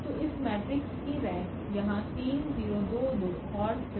तो इस मेट्रिक्स की रेंक यहाँ 3 0 2 2 और फिर